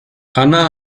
anna